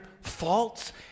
faults